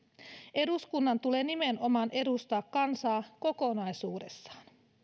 eduskunnan tulee nimenomaan edustaa kansaa kokonaisuudessaan